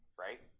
right